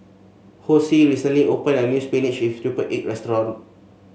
Hosea recently opened a new spinach with triple egg restaurant